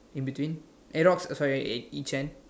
in between eh rocks uh sorry each end